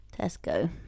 Tesco